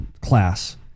class